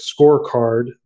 Scorecard